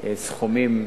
לסכומים,